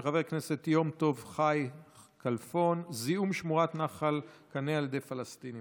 של חבר הכנסת יום טוב חי כלפון: זיהום שמורת נחל קנה על ידי פלסטינים,